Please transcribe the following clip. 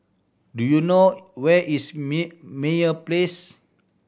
do you know where is Meyer Place